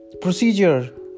procedure